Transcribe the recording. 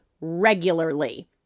regularly